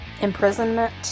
imprisonment